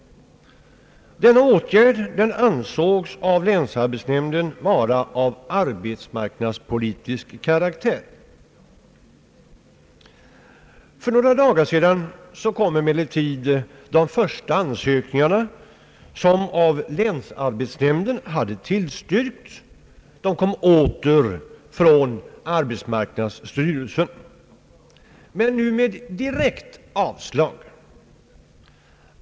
Denna åtgärd ansågs av länsarbetsnämnden vara av arbetsmarknadspolitisk karaktär. För några dagar sedan kom emellertid de första ansökningarna, som av länsarbetsnämnden hade tillstyrkts, åter från arbetsmarknadsstyrelsen men nu med direkt avslag.